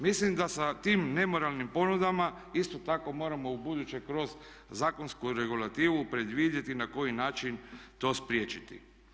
Mislim da sa tim nemoralnim ponudama isto tako moramo ubuduće kroz zakonsku regulativu predvidjeti na koji način to spriječiti.